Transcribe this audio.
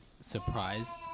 surprised